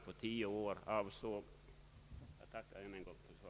Jag tackar än en gång för svaret.